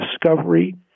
discovery